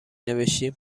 نوشتین